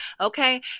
okay